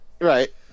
Right